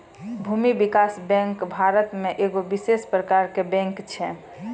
भूमि विकास बैंक भारतो मे एगो विशेष प्रकारो के बैंक छै